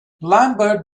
lambert